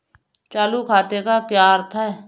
चालू खाते का क्या अर्थ है?